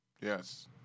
yes